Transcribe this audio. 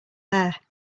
hair